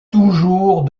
toujours